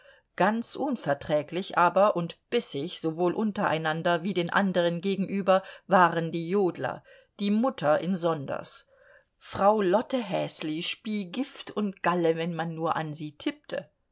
ganz unverträglich aber und bissig sowohl untereinander wie den anderen gegenüber waren die jodler die mutter insonders frau lotte häsli spie gift und galle wenn man nur an sie tippte